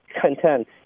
content